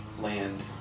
land